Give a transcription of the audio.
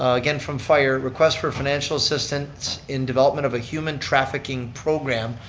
again from fire, request for financial assistance in development of a human trafficking program.